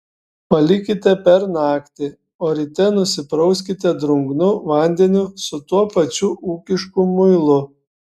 palikite per naktį o ryte nusiprauskite drungnu vandeniu su tuo pačiu ūkišku muilu